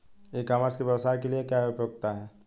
ई commerce की व्यवसाय के लिए क्या उपयोगिता है?